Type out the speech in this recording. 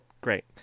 Great